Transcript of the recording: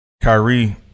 Kyrie